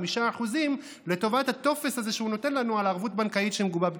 5% לטובת הטופס הזה שהוא נותן לנו על ערבות בנקאית שמגובה בפיקדון.